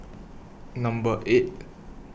Number eight